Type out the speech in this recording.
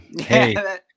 Hey